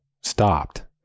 stopped